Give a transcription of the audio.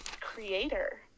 creator